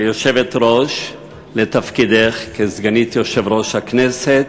ליושבת-ראש על תפקידך כסגנית יושב-ראש הכנסת.